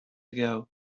ago